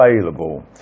available